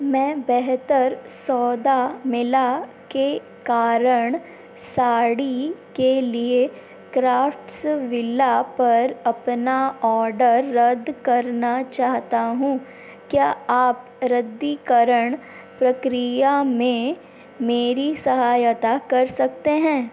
मैं बेहतर सौदा मिला के कारण साड़ी के लिए क्राफ्ट्सविला पर अपना ऑर्डर रद्द करना चाहता हूँ क्या आप रद्दीकरण प्रक्रिया में मेरी सहायता कर सकते हैं